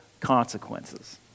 consequences